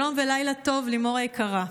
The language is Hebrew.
שלום ולילה טוב, לימור היקרה.